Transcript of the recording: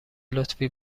لطفی